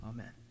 Amen